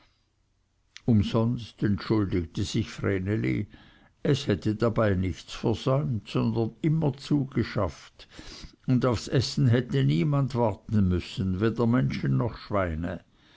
umsonst entschuldigte sich vreneli es hätte dabei nichts versäumt sondern immer zugeschafft und aufs essen hätte niemand warten müssen weder menschen noch schweine